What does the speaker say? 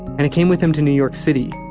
and it came with him to new york city,